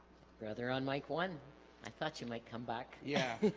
brother on mic one i thought you might come back yeah